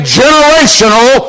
generational